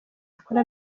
akora